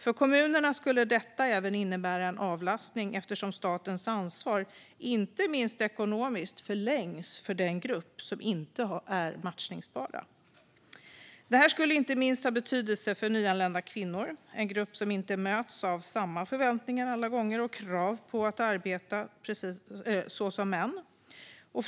För kommunerna skulle detta även innebära en avlastning eftersom statens ansvar, inte minst ekonomiskt, förlängs för den grupp som inte är matchningsbar. Detta skulle inte minst ha betydelse för nyanlända kvinnor, en grupp som inte alla gånger möts av samma förväntningar och krav på att arbeta som män gör.